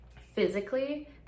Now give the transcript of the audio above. physically